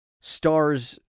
stars